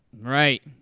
Right